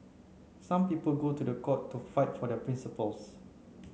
some people go to court to fight for their principles